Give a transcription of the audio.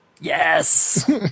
Yes